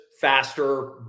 faster